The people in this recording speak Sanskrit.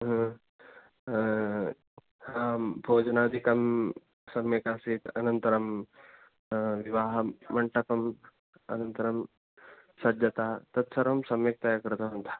अहं भोजनादिकं सम्यक् आसीत् अनन्तरं विवाहं मण्डपः अनन्तरं सज्जता तत् सर्वं सम्यक्तया कृतवन्तः